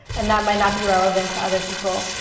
and that might not be relevant to other people.